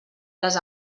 les